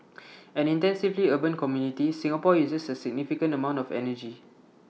an intensively urban community Singapore uses A significant amount of energy